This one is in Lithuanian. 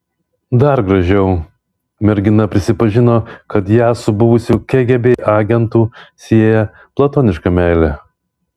dar gražiau mergina prisipažino kad ją su buvusiu kgb agentu sieja platoniška meilė